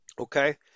Okay